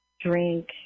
drink